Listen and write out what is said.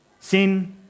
Sin